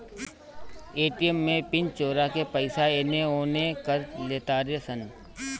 ATM में PIN चोरा के पईसा एने ओने कर लेतारे सन